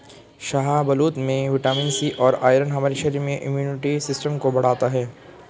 शाहबलूत में vitamin C और आयरन हमारे शरीर में इम्युनिटी सिस्टम को बढ़ता है